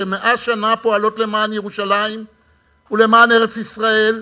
ש-100 שנה פועלות למען ירושלים ולמען ארץ-ישראל,